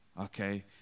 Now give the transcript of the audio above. Okay